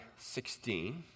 16